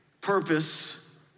purpose